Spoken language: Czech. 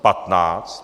15.